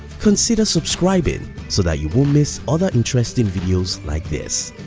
consider subscribing so that you won't miss other interesting videos like this.